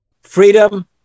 Freedom